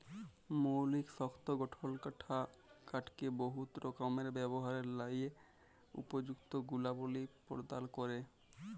মৌলিক শক্ত গঠল কাঠকে বহুত রকমের ব্যাভারের ল্যাযে উপযুক্ত গুলবলি পরদাল ক্যরে